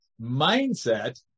mindset